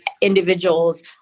individuals